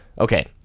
Okay